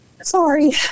Sorry